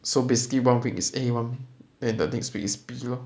so basically one week is A [one] and the next week is B lor